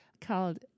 called